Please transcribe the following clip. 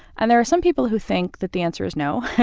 and there are some people who think that the answer is no,